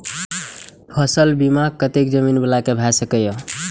फसल बीमा कतेक जमीन वाला के भ सकेया?